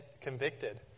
convicted